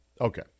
Okay